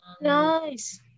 Nice